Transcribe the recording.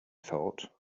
thought